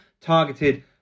targeted